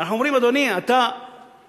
אנחנו אומרים: אדוני, בסדר,